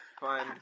Fine